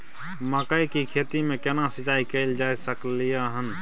मकई की खेती में केना सिंचाई कैल जा सकलय हन?